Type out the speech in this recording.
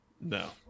No